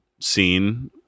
scene